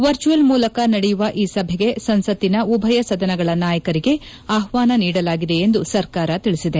virtual ಮೂಲಕ ನಡೆಯುವ ಈ ಸಭೆಗೆ ಸಂಸತ್ತಿನ ಉಭಯ ಸದನಗಳ ನಾಯಕರಿಗೆ ಆಹ್ಲಾನ ನೀಡಲಾಗಿದೆ ಎಂದು ಸರ್ಕಾರ ಹೇಳಿದೆ